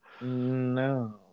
No